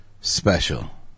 special